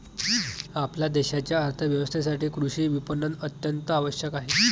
आपल्या देशाच्या अर्थ व्यवस्थेसाठी कृषी विपणन अत्यंत आवश्यक आहे